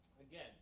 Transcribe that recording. again